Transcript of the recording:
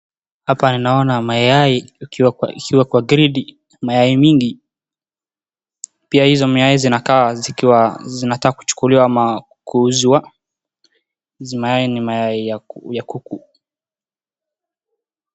Hapa ninaona mayai ikiwa kwa kreti, mayai mingi pia hizo mayai zinakaa zikiwa zinataka kuchukuliwa ama kuuzwa ,hizi mayai ni mayai ya Kuku.